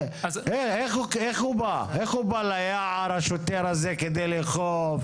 איך השוטר הזה בא ליער כדי לאכוף?